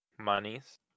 monies